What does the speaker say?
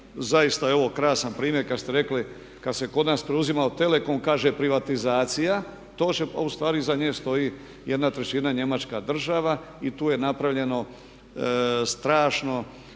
zaista je ovo krasan primjer kad ste rekli kad se kod nas preuzimao telekom kaže privatizacija, a ustvari iznad nje stoji jedna trećina Njemačka država i tu je napravljeno strašno